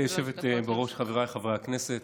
גברתי היושבת בראש, חבריי חברי הכנסת,